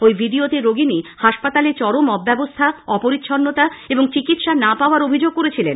ওই ভিডিওতে রোগীনি হাসপাতালে চরম অব্যবস্থা অপরিচ্ছন্নতা এবং চিকিৎসা না পাওয়ার অভিযোগ করেছিলেন